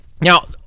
Now